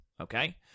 okay